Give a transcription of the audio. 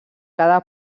cada